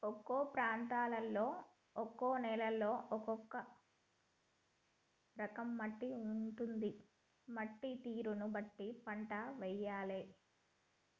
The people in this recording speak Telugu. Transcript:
ఒక్కో ప్రాంతంలో ఒక్కో నేలలో ఒక్కో రకం మట్టి ఉంటది, మట్టి తీరును బట్టి పంట వేయాలే